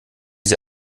sie